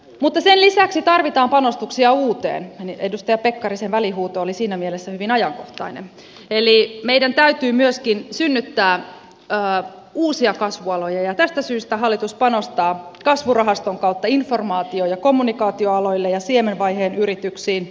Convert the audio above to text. mutta sen lisäksi tarvitaan panostuksia uuteen edustaja pekkarisen välihuuto oli siinä mielessä hyvin ajankohtainen eli meidän täytyy myöskin synnyttää uusia kasvualoja ja tästä syystä hallitus panostaa kasvurahaston kautta informaatio ja kommunikaatioaloille ja siemenvaiheen yrityksiin